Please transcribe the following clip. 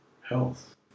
health